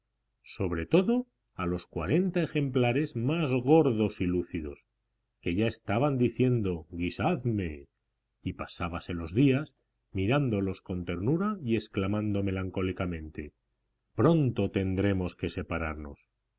sobre todo a los cuarenta ejemplares más gordos y lucidos que ya estaban diciendo guisadme y pasábase los días mirándolos con ternura y exclamando melancólicamente pronto tendremos que separarnos